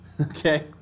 Okay